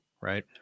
right